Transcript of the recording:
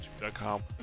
youtube.com